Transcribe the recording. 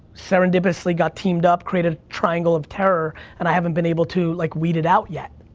serendipitously, got teamed up, created a triangle of terror, and i haven't been able to, like, weed it out yet.